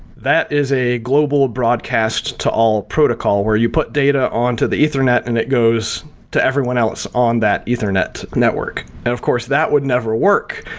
that is a global broadcast to all protocol where you put data on to the ethernet and it goes to everyone else on that ethernet network. of course, that would never work.